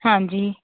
ਹਾਂਜੀ